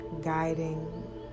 guiding